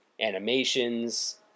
Animations